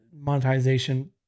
monetization